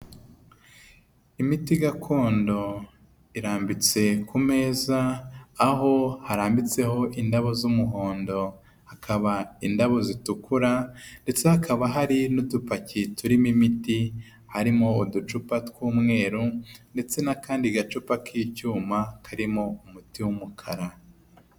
Imiti gakondo irambitse ku meza, aho harambitseho indabo z'umuhondo, hakaba indabo zitukura, ndetse hakaba hari n'udupaki turimo imiti, harimo uducupa tw'umweru ndetse n'akandi gacupa k'icyuma karimo umuti w'umukara.